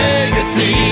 Legacy